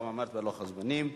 גם עמדת בלוח הזמנים.